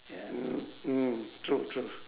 ya mm mm true true